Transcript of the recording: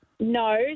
No